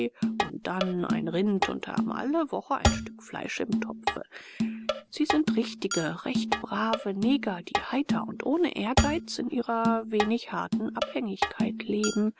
und dann ein rind und haben alle woche ein stück fleisch im topfe sie sind richtige recht brave neger die heiter und ohne ehrgeiz in ihrer wenig harten abhängigkeit leben